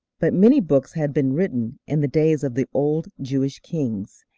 but many books had been written in the days of the old jewish kings,